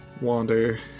wander